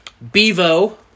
Bevo